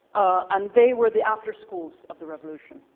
and they were the after-schools of the revolution.